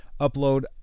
upload